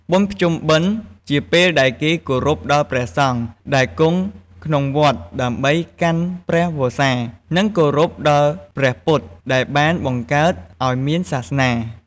បុណ្យភ្ជុំបិណ្ឌជាពេលដែលគេគោរពដល់ព្រះសង្ឃដែលគង់ក្នុងវត្តដើម្បីកាន់ព្រះវស្សា និងគោរពដល់ព្រះពុទ្ធដែលបានបង្កើតឲ្យមានសាសនា។